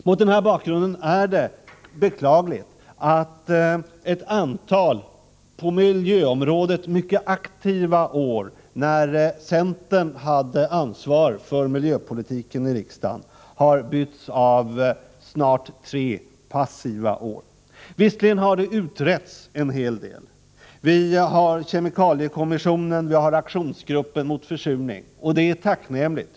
Mot den bakgrunden är det beklagligt att ett antal på miljöområdet mycket aktiva år, när centern hade ansvar för miljöpolitiken i regeringen, har följts av snart tre passiva år. Visserligen har det utretts en hel del. Regeringen har inrättat kemikommissionen och aktionsgruppen mot försurning, och det är tacknämligt.